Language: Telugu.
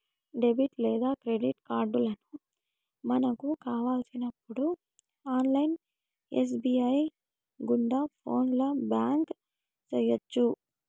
డెబిట్ లేదా క్రెడిట్ కార్డులను మనకు కావలసినప్పుడు ఆన్లైన్ ఎస్.బి.ఐ గుండా ఫోన్లో బ్లాక్ చేయొచ్చు